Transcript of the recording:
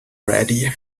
ready